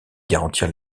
garantir